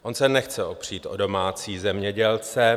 On se nechce opřít o domácí zemědělce.